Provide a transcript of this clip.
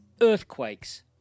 earthquakes